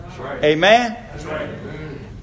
Amen